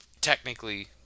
technically